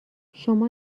شما